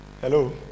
Hello